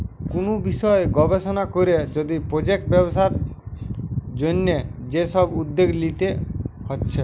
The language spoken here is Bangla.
কুনু বিষয় গবেষণা কোরে যদি প্রজেক্ট ব্যবসার জন্যে যে সব উদ্যোগ লিতে হচ্ছে